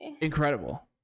incredible